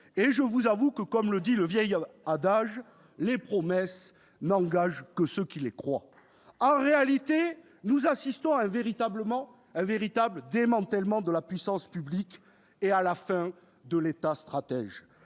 ne l'ont vu, et, comme le dit le vieil adage, « les promesses n'engagent que ceux qui les croient ». En réalité, nous assistons à un véritable démantèlement de la puissance publique et à la fin de l'État stratège.